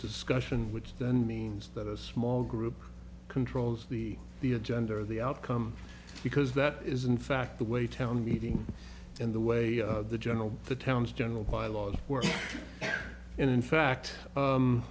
discussion which then means that a small group controls the the agenda of the outcome because that is in fact the way town meeting and the way the general the town's general bylaws work in fact